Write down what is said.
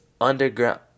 underground